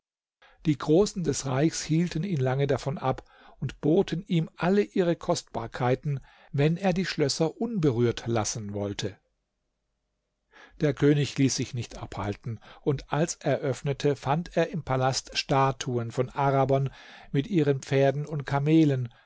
die großen des reichs hielten ihn lange davon ab und boten ihm alle ihre kostbarkeiten wenn er die schlösser unberührt lassen wollte der könig ließ sich nicht abhalten und als er öffnete fand er im palast statuen von arabern mit ihren pferden und kamelen